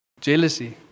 Jealousy